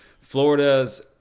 Florida's